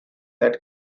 that